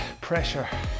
pressure